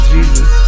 Jesus